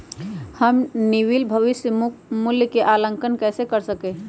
हम निवल भविष्य मूल्य के आंकलन कैसे कर सका ही?